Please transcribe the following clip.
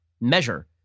measure